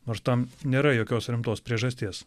nors tam nėra jokios rimtos priežasties